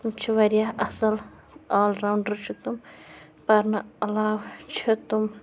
چھِ وارِیاہ اَصٕل آل راونٛڈر چھِ تِم پرنہٕ عَلاو چھِ تِم